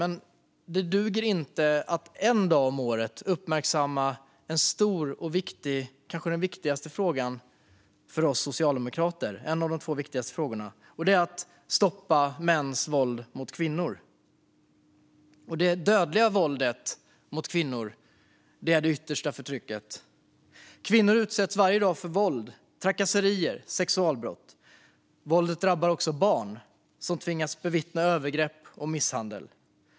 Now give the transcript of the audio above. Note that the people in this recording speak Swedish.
Men det duger inte att endast en dag om året uppmärksamma en sådan stor och viktig fråga - en av de två viktigaste frågorna för oss socialdemokrater - som att stoppa mäns våld mot kvinnor. Det dödliga våldet mot kvinnor är det yttersta förtrycket. Kvinnor utsätts varje dag för våld, trakasserier och sexualbrott. Våldet drabbar också barn som tvingas bevittna övergrepp och misshandel.